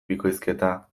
bikoizketa